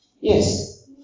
Yes